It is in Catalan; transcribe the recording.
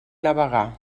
navegar